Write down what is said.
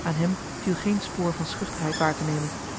aan hem viel geen spoor van schuchterheid waar te nemen